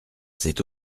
c’est